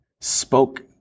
spoke